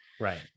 Right